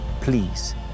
Please